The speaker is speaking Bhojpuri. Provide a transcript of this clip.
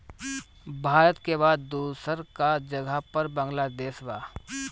भारत के बाद दूसरका जगह पर बांग्लादेश बा